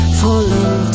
falling